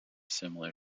similar